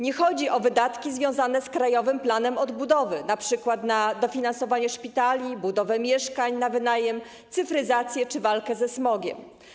Nie chodzi o wydatki związane z Krajowym Planem Odbudowy, np. na dofinansowanie szpitali, budowę mieszkań na wynajem, cyfryzację czy walkę ze smogiem.